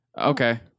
Okay